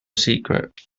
secret